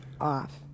off